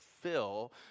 fill